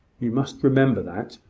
you must remember that,